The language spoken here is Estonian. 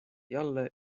jälle